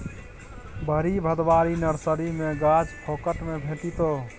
भरि भदवारी नर्सरी मे गाछ फोकट मे भेटितै